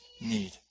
need